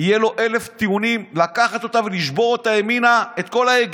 יהיו אלף טיעונים לקחת אותה ולשבור ימינה את כל ההגה,